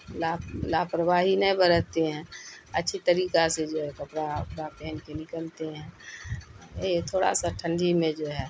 لا لاپرواہی نہیں برتتے ہیں اچھی طریقہ سے جو ہے کپڑا وپڑا پہن کے نکلتے ہیں یہ تھوڑا سا ٹھنڈی میں جو ہے